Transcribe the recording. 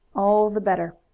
all the better.